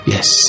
Yes